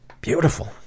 Beautiful